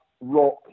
rock